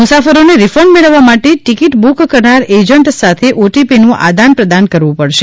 મુસાફરોને રીફીંડ મેળવવા માટે ટિકિટ બુક કરનાર એજન્ટ સાથે ઓટીપીનું આદાન પ્રદાન કરવું પડશે